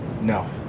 No